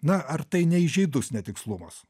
na ar tai neįžeidus netikslumas